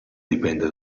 dipende